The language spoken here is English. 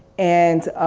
and